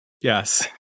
Yes